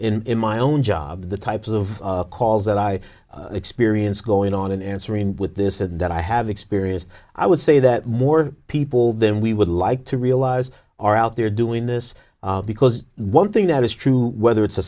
in my own job the types of calls that i experience going on and answering with this and that i have experienced i would say that more people than we would like to realize are out there doing this because one thing that is true whether it's a